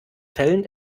fällen